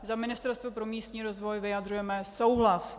Za Ministerstvo pro místní rozvoj vyjadřujeme souhlas.